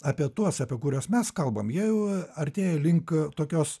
apie tuos apie kuriuos mes kalbam jie jau artėja link tokios